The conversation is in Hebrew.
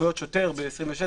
סמכויות שוטר ב-27-26.